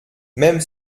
même